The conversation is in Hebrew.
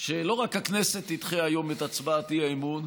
שלא רק שהכנסת תדחה היום את הצבעת האי-אמון,